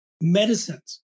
medicines